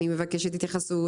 אני מבקשת התייחסות,